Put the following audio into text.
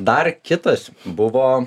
dar kitas buvo